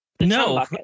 No